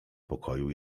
pokoju